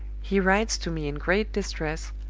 he writes to me in great distress,